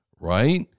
Right